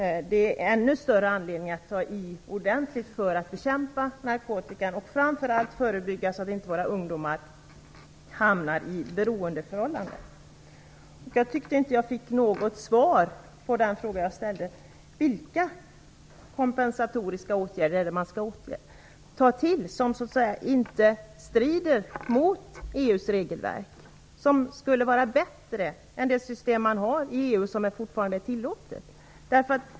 Det ger oss ännu större anledning att ta i ordentligt för att bekämpa narkotikan och förebygga så att inte våra ungdomar hamnar i ett beroende. Jag tyckte inte att jag fick något svar på den fråga jag ställde. Vilka kompensatoriska åtgärder är det man skall ta till? De får ju inte strida mot EU:s regelverk. Är de bättre än det system som man har i EU?